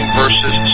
verses